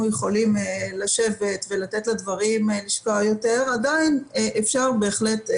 יכולים לשבת ולתת לדברים לשקוע יותר עדיין אפשר בהחלט,